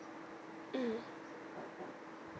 mm